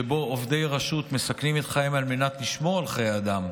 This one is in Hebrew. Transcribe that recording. שבו עובדי רשות מסכנים את חייהם על מנת לשמור על חיי אדם,